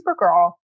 Supergirl